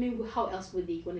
dia akan bagi